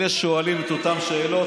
אלה שואלים את אותן שאלות,